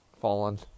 fallen